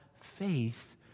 faith